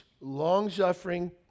long-suffering